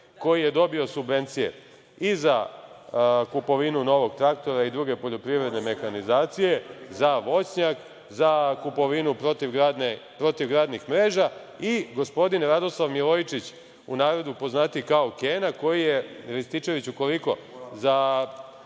koji je dobio subvencije i za kupovinu novog traktora i druge poljoprivredne mehanizacije, za voćnjak, za kupovinu protivgradnih mreža i gospodin Radoslav Milojičić, u narodu poznatiji kao Kena, koji je, Rističeviću, koliko, za